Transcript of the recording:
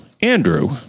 andrew